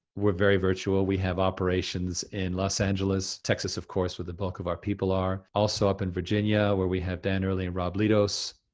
we're very virtual. we have operations in los angeles, texas of course, where the bulk of our people are. also up in virginia where we have dan early and rob litos.